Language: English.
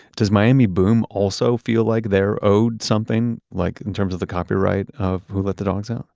does miami boom also feel like they're owed something? like in terms of the copyright of who let the dogs out?